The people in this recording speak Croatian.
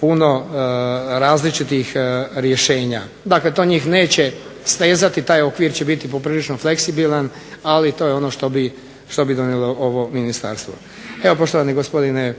puno različitih rješenja. Dakle, to njih neće stezati taj okvir će biti poprilično fleksibilan, ali to bi bilo ovo što bi donijelo ovo ministarstvo. Evo poštovani gospodine